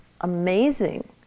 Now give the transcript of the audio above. amazing